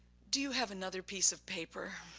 do you have another piece of paper?